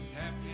Happy